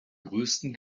größten